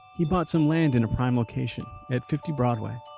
he bought some land in a prime location. at fifty broadway.